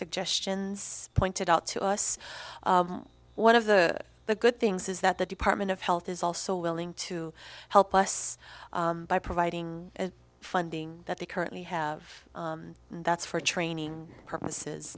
suggestions pointed out to us one of the the good things is that the department of health is also willing to help us by providing funding that they currently have that's for training purposes